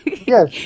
yes